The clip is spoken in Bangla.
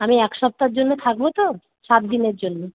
আমি একসপ্তাহর জন্য থাকব তো সাতদিনের জন্য